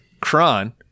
Kron